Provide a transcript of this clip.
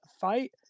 fight